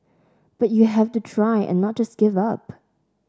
but you have to try and not just give up